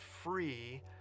free